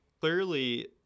Clearly